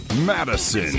Madison